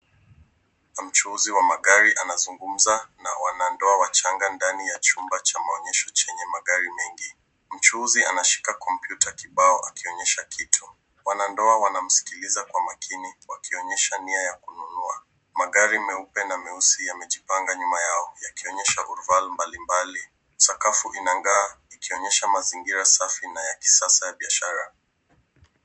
Mchuuzi wa magari anazungumza na wanandoa wachanga ndani ya chumba cha maonyeshao chenye magari mengi. Mchuuzi anashika kompyuta kibao akionyesha kitu. Wanandoa wanamsikiliza kwa makini wakionyesha nia ya kununua. Magari meupe na meusi yamejipanga nyuma yao yakionyesha yuval mbalimbali. Sakafu inang'aa ikionyesha mazingira safi na ya kisasa ya biashara.